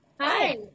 Hi